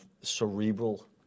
cerebral